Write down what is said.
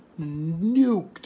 nuked